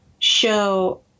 show